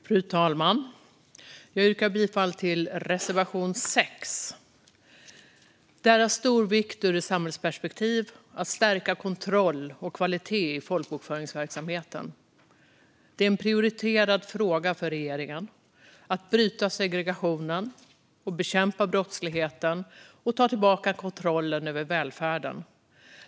Fru talman! Jag yrkar bifall till reservation 6. Stärkt kontroll och kvalitet i folkbokföringen Det är av stor vikt ur ett samhällsperspektiv att stärka kontroll och kvalitet i folkbokföringsverksamheten. Det är en prioriterad fråga för regeringen att bryta segregationen och bekämpa brottsligheten och ta tillbaka kontrollen över välfärden.